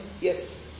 Yes